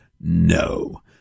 no